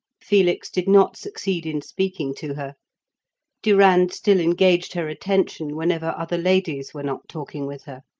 felix did not succeed in speaking to her durand still engaged her attention whenever other ladies were not talking with her.